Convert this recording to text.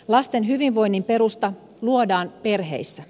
lasten hyvinvoinnin perusta luodaan perheissä